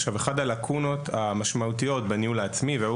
אחת הלקונות המשמעותיות בניהול העצמי והיו